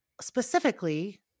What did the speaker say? Specifically